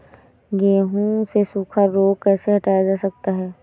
गेहूँ से सूखा रोग कैसे हटाया जा सकता है?